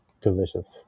Delicious